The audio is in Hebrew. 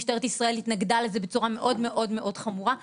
משטרת ישראל התנגדה לזה בצורה מאוד מאוד חמורה,